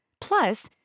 Plus